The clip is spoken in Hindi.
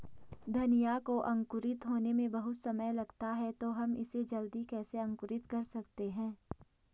धनिया को अंकुरित होने में बहुत समय लगता है तो हम इसे जल्दी कैसे अंकुरित कर सकते हैं?